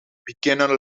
beginner